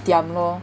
diam lor